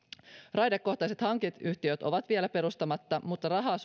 raidekohtaiset hankeyhtiöt ovat vielä perustamatta mutta rahaa